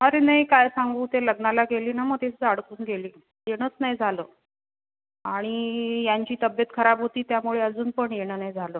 अरे नाही काय सांगू ते लग्नाला गेली ना मग तेच अडकून गेली येणंच नाही झालं आणि यांची तब्येत खराब होती त्यामुळे अजून पण येणं नाही झालं